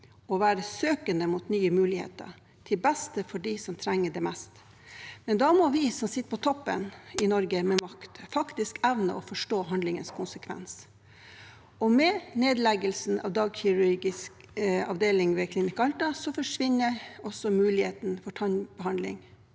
å være søkende mot nye muligheter, til beste for dem som trenger det mest. Da må vi som sitter på toppen i Norge, med makt, faktisk evne å forstå handlingens konsekvens. Med nedleggelsen av dagkirurgisk avdeling ved Klinikk Alta forsvinner også muligheten for tannbehandling